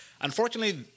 Unfortunately